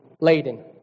laden